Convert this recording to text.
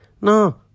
no